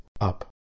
up